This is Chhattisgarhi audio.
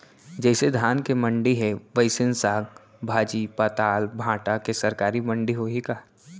जइसे धान के मंडी हे, वइसने साग, भाजी, पताल, भाटा के सरकारी मंडी होही का?